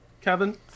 Kevin